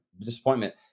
disappointment